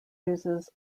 uses